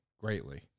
greatly